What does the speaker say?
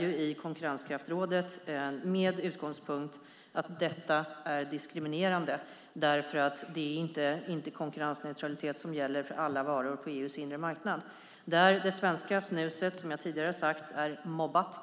i konkurrenskraftsrådet med utgångspunkten att detta är diskriminerande eftersom konkurrensneutraliteten inte gäller för alla varor på EU:s inre marknad. Där är det svenska snuset, som jag tidigare sagt, mobbat.